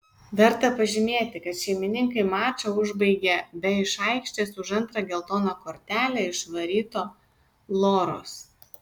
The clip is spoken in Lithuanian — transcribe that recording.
verta pažymėti kad šeimininkai mačą užbaigė be iš aikštės už antrą geltoną kortelę išvaryto loros